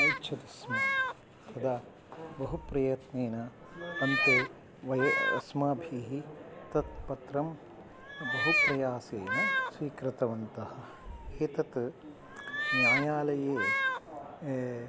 इच्छति स्म तदा बहु प्रयत्नेन अन्ते वयं अस्माभिः तत्पत्रं बहु प्रयासेन स्वीकृतवन्तः एतत् न्यायालये